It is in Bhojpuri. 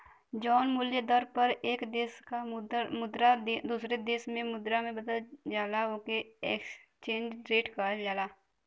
जौन मूल्य दर पर एक देश क मुद्रा दूसरे देश क मुद्रा से बदलल जाला ओके एक्सचेंज रेट कहल जाला